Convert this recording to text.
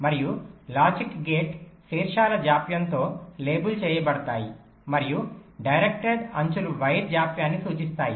మరియు logic gate శీర్షాలు జాప్యం తో లేబుల్ చేయబడతాయి మరియు డైరెక్ట్డ్ అంచులు వైర్ జాప్యాన్ని సూచిస్తాయి